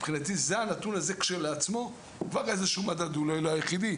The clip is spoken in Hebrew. מבחינתי הנתון הזה כשלעצמו ואולי הוא לא היחידי